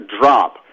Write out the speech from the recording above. drop